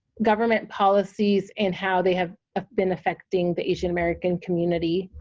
government policies and how they have ah been affecting the asian american community.